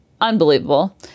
unbelievable